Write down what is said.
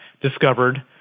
discovered